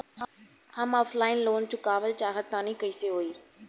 हम offline loan चुकावल चाहऽ तनि कइसे होई?